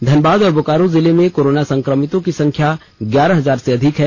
धनबाद और बोकारो जिले में कोरोना संक्रमितों की संख्या ग्यारह हजार से अधिक है